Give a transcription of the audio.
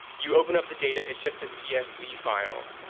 you open up the data, it's just a csv file,